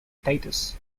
status